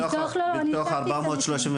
מתוך 437